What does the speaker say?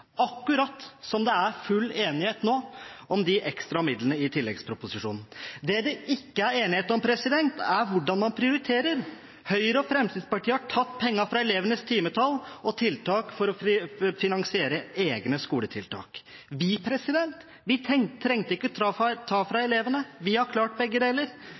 akkurat slik det nå er full enighet om de ekstra midlene i tilleggsproposisjonen. Det det ikke er enighet om, er hvordan man prioriterer. Høyre og Fremskrittspartiet har tatt pengene fra elevenes timetall og tiltak for å finansiere egne skoletiltak. Vi trengte ikke å ta fra elevene, vi har klart begge deler